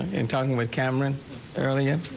in talking with cameron earlier,